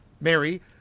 Mary